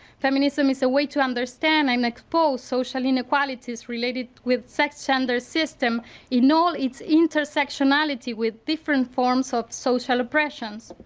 feminism is a way to understand and i mean expose social inequalities related with sex gender system in all its intersectionality with different forms of social oppressions.